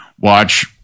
watch